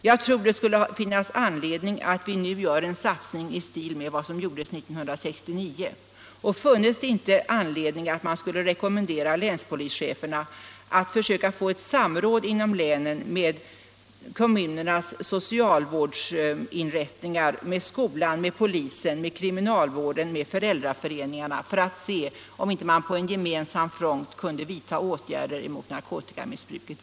Jag tror det skulle finnas anledning att nu göra en satsning i stil med den vi gjorde 1969. Funnes det inte anledning att rekommendera länspolischeferna att försöka få ett samråd inom länen med kommunernas socialvårdsinrättningar, med skolan, med polisen, med kriminalvården, med föräldraföreningarna för att se om man inte på en gemensam front kunde vidta åtgärder mot narkotikamissbruket?